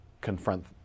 confront